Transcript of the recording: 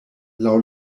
laŭ